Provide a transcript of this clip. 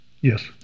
Yes